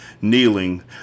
kneeling